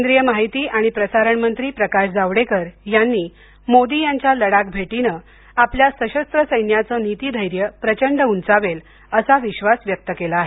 केंद्रीय माहिती आणि प्रसारण मंत्री प्रकाश जावडेकर यांनी मोदी यांच्या लडाख भेटीनं आपल्या सशस्त्र सैन्याचं नीतिधैर्य प्रचंड उंचावेल असा विश्वास व्यक्त केला आहे